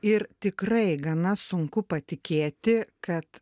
ir tikrai gana sunku patikėti kad